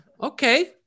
Okay